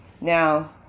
now